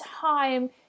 time